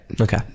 Okay